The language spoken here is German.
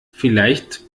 vielleicht